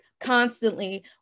constantly